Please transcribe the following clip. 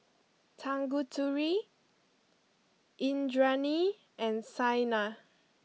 Tanguturi Indranee and Saina